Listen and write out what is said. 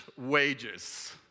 wages